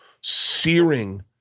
searing